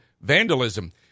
vandalism